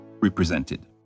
represented